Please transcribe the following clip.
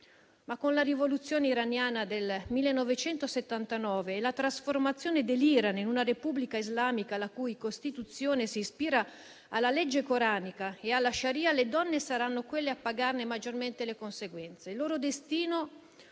Con la rivoluzione iraniana del 1979 però e la trasformazione dell'Iran in una Repubblica islamica la cui Costituzione si ispira alla legge coranica e alla *sharia*, le donne sono state quelle che ne hanno pagato maggiormente le conseguenze.